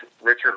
Richard